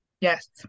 Yes